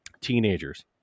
teenagers